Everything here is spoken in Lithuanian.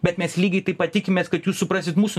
bet mes lygiai taip pat tikimės kad jūs suprasit mūsų